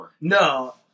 No